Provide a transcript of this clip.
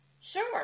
Sure